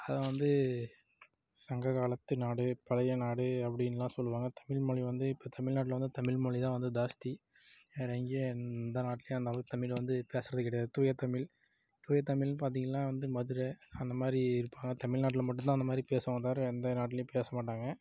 அதை வந்து சங்க காலத்து நாடு பழைய நாடு அப்டினெலாம் சொல்லுவாங்க தமிழ்மொழி வந்து இப்போ தமிழ்நாட்டில் வந்து தமிழ்மொழிதான் வந்து ஜாஸ்த்தி வேறு எங்கேயும் எந்த நாட்லேயும் அந்தளவுக்கு வந்து தமிழில் வந்து பேசுவது கிடையாது தூயதமிழ் தூய தமிழ்னு பார்த்திங்கள்னா வந்து மதுரை அந்த மாதிரி இருப்பாங்க தமிழ் நாட்டில் மட்டும் தான் அந்த மாதிரி பேசுவோம் தவிர வேறு நாட்டுலேயும் பேசமாட்டாங்க